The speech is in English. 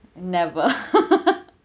never